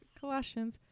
Colossians